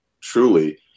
truly